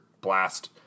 blast